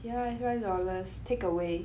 ya it's five dollars takeaway